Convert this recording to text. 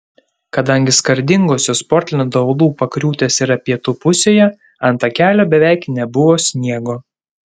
kadangi skardingosios portlendo uolų pakriūtės yra pietų pusėje ant takelio beveik nebuvo sniego